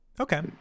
Okay